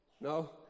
No